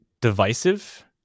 divisive